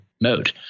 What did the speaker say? mode